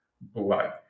blood